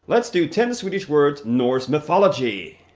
let's do ten swedish words norse mythology.